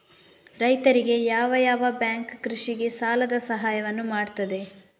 ರೈತರಿಗೆ ಯಾವ ಯಾವ ಬ್ಯಾಂಕ್ ಕೃಷಿಗೆ ಸಾಲದ ಸಹಾಯವನ್ನು ಮಾಡ್ತದೆ?